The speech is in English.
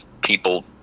people